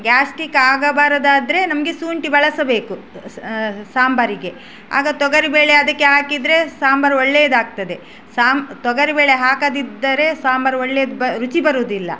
gastric ಆಗಬಾರದಾದರೆ ನಮಗೆ ಶುಂಠಿ ಬಳಸಬೇಕು ಸಾಂಬಾರಿಗೆ ಆಗ ತೊಗರಿಬೇಳೆ ಅದಕ್ಕೆ ಹಾಕಿದರೆ ಸಾಂಬಾರು ಒಳ್ಳೆಯದಾಗ್ತದೆ ಸಾಂಬ್ ತೊಗರಿಬೇಳೆ ಹಾಕದಿದ್ದರೆ ಸಾಂಬಾರು ಒಳ್ಳೆಯದು ಬ ರುಚಿ ಬರುವುದಿಲ್ಲ